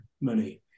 money